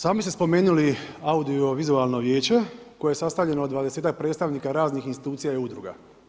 Sami ste spomenuli audiovizualno vijeće koje je sastavljeno od 20ak predstavnika raznih institucija i udruga.